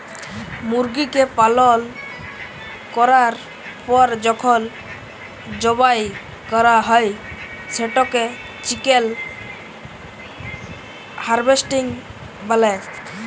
মুরগিকে পালল ক্যরার পর যখল জবাই ক্যরা হ্যয় সেটকে চিকেল হার্ভেস্টিং ব্যলে